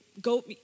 go